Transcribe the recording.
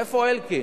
איפה אלקין?